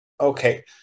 Okay